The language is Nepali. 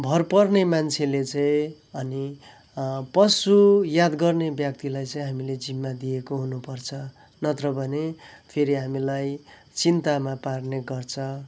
भर पर्ने मान्छेले चाहिँ अनि पशु याद गर्ने व्यक्तिलाई चाहिँ हामीले जिम्मा दिएको हुनुपर्छ नत्र भने फेरि हामीलाई चिन्तामा पार्ने गर्छ